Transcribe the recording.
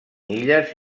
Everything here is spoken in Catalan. illes